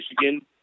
Michigan